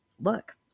Look